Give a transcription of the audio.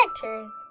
characters